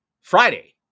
Friday